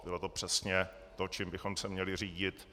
Bylo to přesně to, čím bychom se měli řídit.